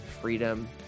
freedom